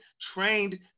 trained